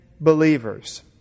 believers